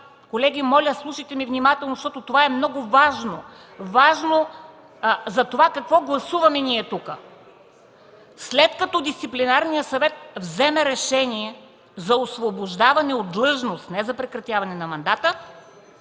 Колеги, моля, слушайте ме внимателно, защото това е много важно. (Оживление в КБ.) Важно е за това какво гласуваме ние тук. След като Дисциплинарният съвет вземе решение за освобождаване от длъжност – не за прекратяване на мандата,